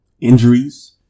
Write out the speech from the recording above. injuries